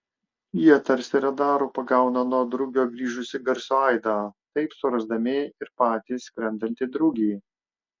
jie tarsi radaru pagauna nuo drugio grįžusį garso aidą taip surasdami ir patį skrendantį drugį